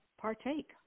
partake